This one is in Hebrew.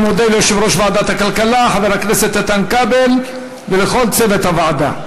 אני מודה ליושב-ראש ועדת הכלכלה חבר הכנסת איתן כבל ולכל צוות הוועדה.